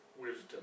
wisdom